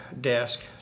desk